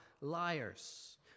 liars